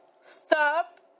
stop